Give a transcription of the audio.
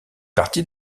partie